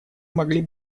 могли